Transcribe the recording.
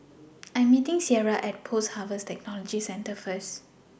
I Am meeting Sierra At Post Harvest Technology Centre First